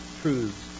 truths